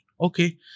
okay